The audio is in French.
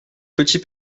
petit